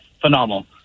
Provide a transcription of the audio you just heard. phenomenal